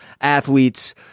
athletes